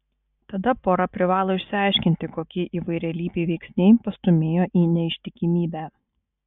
tada pora privalo išsiaiškinti kokie įvairialypiai veiksniai pastūmėjo į neištikimybę